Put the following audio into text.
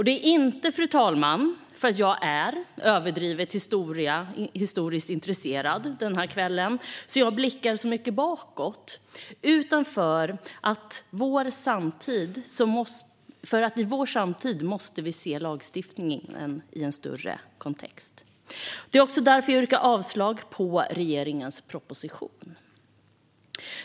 Det är inte, fru talman, för att jag är överdrivet historiskt intresserad som jag blickar så mycket bakåt utan för att vi i vår samtid måste se lagstiftningen i en större kontext. Det är också därför jag yrkar avslag på regeringens proposition.